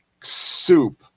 soup